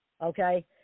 Okay